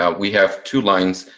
ah we have two lines,